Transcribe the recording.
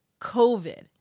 COVID